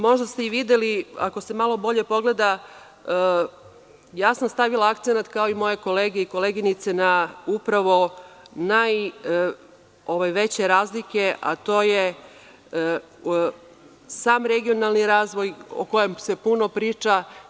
Možda ste i videli, ako se malo bolje pogleda, ja sam stavila akcenat, kao i moje kolege i koleginice, upravo na najveće razlike, a to je sam regionalni razvoj o kojem se puno priča.